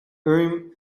urim